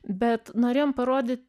bet norėjom parody